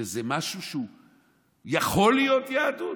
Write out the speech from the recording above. שזה משהו שיכול להיות יהדות?